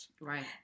Right